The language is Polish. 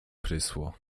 prysło